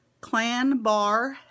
clanbar